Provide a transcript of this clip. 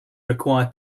require